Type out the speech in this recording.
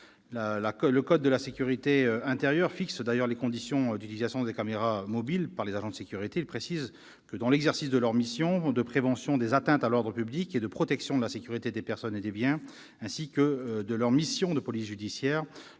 du code de la sécurité intérieure fixe les conditions d'utilisation des caméras mobiles par les agents de sécurité. Il précise, en effet, que « dans l'exercice de leurs missions de prévention des atteintes à l'ordre public et de protection de la sécurité des personnes et des biens ainsi que de leurs missions de police judiciaire